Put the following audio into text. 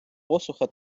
посуха